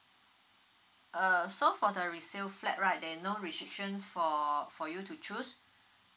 uh so for the resale flat right there no restrictions for for you to choose